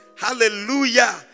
Hallelujah